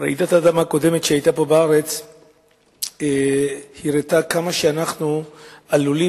רעידת האדמה הקודמת שהיתה בארץ הראתה כמה אנחנו עלולים,